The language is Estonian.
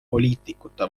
poliitikute